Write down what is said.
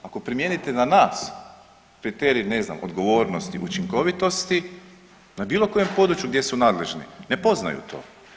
Ako primijenite na nas kriterij, ne znam odgovornosti i učinkovitosti na bilo kojem području gdje su nadležni, ne poznaju to.